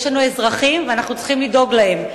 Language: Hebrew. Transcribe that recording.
יש לנו אזרחים ואנחנו צריכים לדאוג להם.